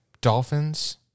Dolphins